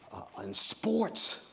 and sports,